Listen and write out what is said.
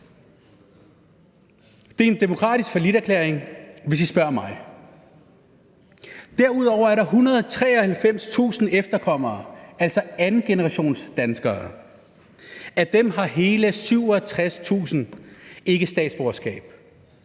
Det er en demokratisk falliterklæring, hvis I spørger mig. Derudover er der 193.000 efterkommere, altså andengenerationsdanskere, og af dem har hele 67.000 ikke statsborgerskab,